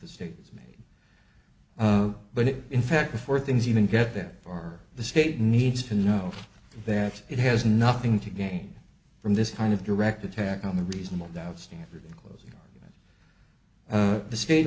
the states but in fact before things even get that far the state needs to know that it has nothing to gain from this kind of direct attack on the reasonable doubt standard closing the state